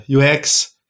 UX